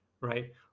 right